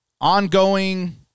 ongoing